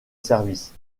service